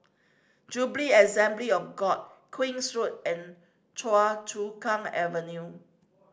Jubilee Assembly of God Queen's Road and Choa Chu Kang Avenue